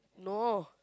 no